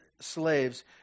slaves